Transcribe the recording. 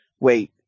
wait